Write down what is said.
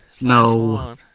No